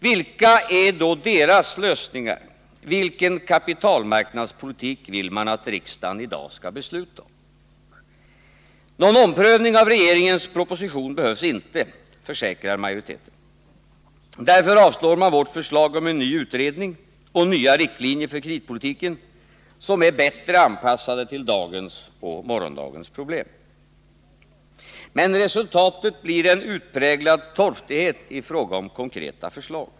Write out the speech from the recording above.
Vilken är då deras lösning, vilken kapitalmarknadspolitik vill man att riksdagen i dag skall besluta om? Någon omprövning av regeringens proposition behövs inte, försäkrar majoriteten. Därför avstyrker man vårt förslag om en ny utredning, nya riktlinjer för kreditpolitiken, som är bättre anpassade till dagens och morgondagens problem. Men resultatet blir en utpräglad torftighet i fråga om konkreta förslag.